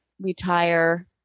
retire